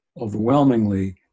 Overwhelmingly